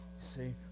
see